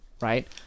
Right